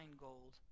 gold